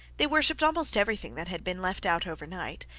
they worshipped almost everything that had been left out overnight,